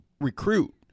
recruit